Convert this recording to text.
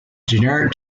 generic